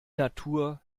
natur